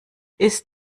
ist